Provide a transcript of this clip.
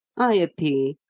ayupee,